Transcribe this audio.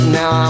now